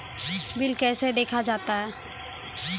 Bill कैसे देखा जाता हैं?